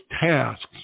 tasks